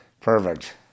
Perfect